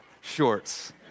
shorts